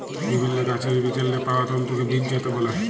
বিভিল্ল্য গাহাচের বিচেল্লে পাউয়া তল্তুকে বীজজাত ব্যলে